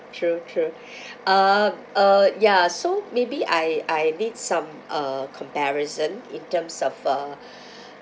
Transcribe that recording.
true true uh uh ya so maybe I I need some uh comparison in terms of uh